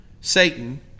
Satan